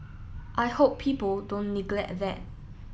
I hope people don't neglect that